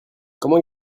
comment